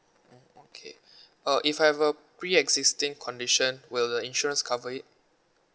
oh okay uh if I have a pre existing condition will the insurance cover it